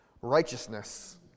righteousness